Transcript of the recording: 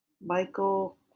Michael